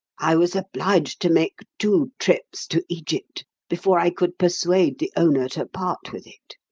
i was obliged to make two trips to egypt before i could persuade the owner to part with it.